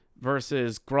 versus